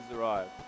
arrived